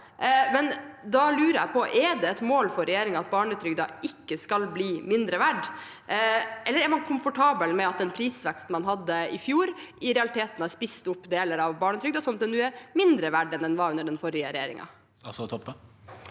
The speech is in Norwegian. men da lurer jeg på: Er det et mål for regjeringen at barnetrygden ikke skal bli mindre verd? Eller er man komfortabel med at den prisveksten man hadde i fjor, i realiteten har spist opp deler av barnetrygden, slik at den nå er mindre verd enn den var under den forrige regjeringen? Statsråd